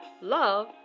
Love